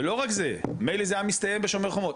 ולא רק זה מילא זה היה מסתיים בשומר חומות,